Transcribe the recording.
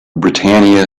britannia